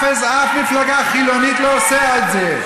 אף מפלגה חילונית לא עושה את זה,